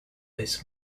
this